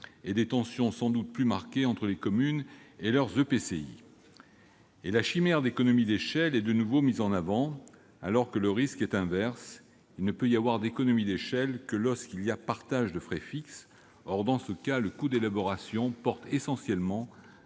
et des tensions plus marquées entre les communes et leur EPCI. Quant à la chimère des économies d'échelle, elle est à nouveau mise en avant, alors que le risque est inverse ; il ne peut y avoir d'économies d'échelle que lorsqu'il y a partage de frais fixes. Or, dans ce cas, le coût d'élaboration porte essentiellement